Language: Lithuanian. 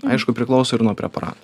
aišku priklauso ir nuo preparato